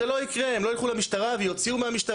זה לא יקרה, הם לא ילכו למשטרה ויוציאו מהמשטרה.